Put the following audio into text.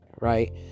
right